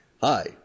Hi